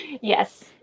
Yes